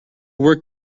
work